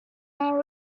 our